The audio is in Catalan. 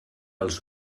els